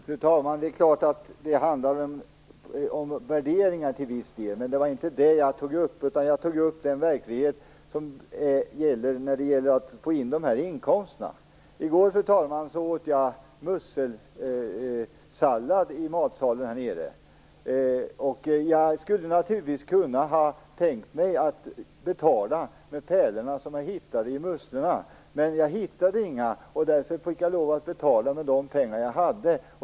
Fru talman! Det är klart att det till viss del handlar om värderingar. Men det var inte det jag tog upp, utan jag tog upp den verklighet där det gäller att få in de här inkomsterna. I går, fru talman, åt jag musselsallad i matsalen här i huset. Jag skulle naturligtvis ha kunnat tänka mig att betala med pärlorna som jag hittade i musslorna. Men jag hittade inga, och därför fick jag lov att betala med de pengar jag hade.